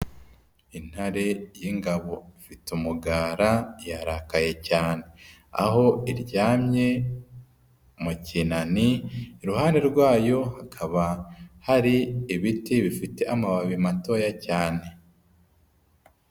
Intare y'ingabo ifite umugara yarakaye cyane, aho iryamye mu kinani, iruhande rwayo hakaba hari ibiti bifite amababi matoya cyane.